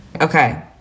okay